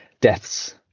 deaths